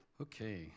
Okay